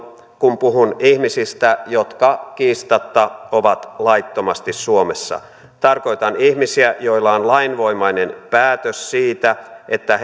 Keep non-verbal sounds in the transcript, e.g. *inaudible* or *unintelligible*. kun puhun ihmisistä jotka kiistatta ovat laittomasti suomessa tarkoitan ihmisiä joilla on lainvoimainen päätös siitä että *unintelligible*